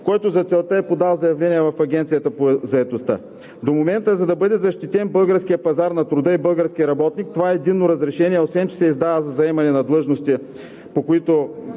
който за целта е подал заявление в Агенцията по заетостта. До момента, за да бъде защитен българският пазар на труда и българският работник с това единно разрешение, освен че се издава за заемането на длъжности, за които